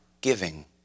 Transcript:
giving